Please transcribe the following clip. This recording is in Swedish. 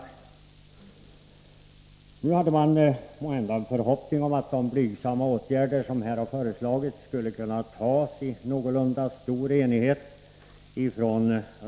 Man hade måhända en förhoppning om att de blygsamma åtgärder som här har föreslagits skulle kunna antas av riksdagen i någorlunda stor enighet.